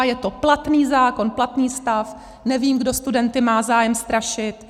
Je to platný zákon, platný stav, nevím, kdo studenty má zájem strašit.